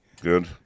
Good